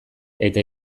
eta